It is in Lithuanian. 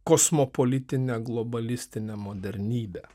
kosmopolitine globalistine modernybe